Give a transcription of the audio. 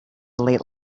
late